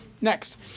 Next